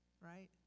right